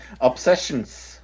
Obsessions